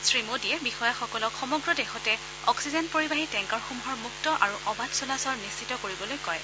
শ্ৰীমোডীয়ে বিষয়াসকলক সমগ্ৰ দেশতে অস্সিজেন পৰিবাহী টেংকাৰসমূহৰ মুক্ত আৰু অবাধ চলাচল নিশ্চিত কৰিবলৈ কয়